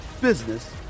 business